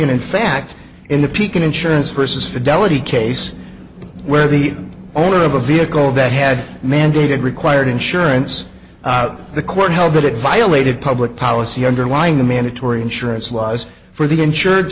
and in fact in the peak an insurance person's fidelity case where the owner of a vehicle that had mandated required insurance the court held that it violated public policy underlying the mandatory insurance laws for the insur